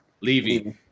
Levy